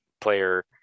player